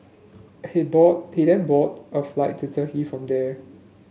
he board he then boarded a flight to Turkey from there